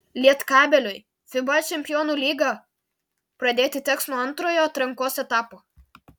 lietkabeliui fiba čempionų lygą pradėti teks nuo antrojo atrankos etapo